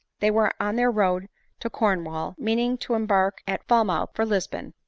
they were on their road to corn wall, meaning to embark at falmouth for lisbon.